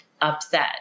upset